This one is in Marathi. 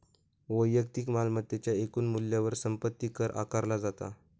वैयक्तिक मालमत्तेच्या एकूण मूल्यावर संपत्ती कर आकारला जाता